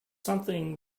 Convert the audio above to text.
something